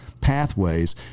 pathways